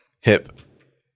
hip